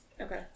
Okay